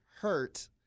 hurt